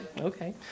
okay